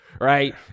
Right